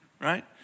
Right